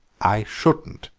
i shouldn't,